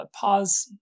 pause